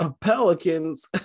Pelicans